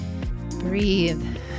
Breathe